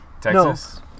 Texas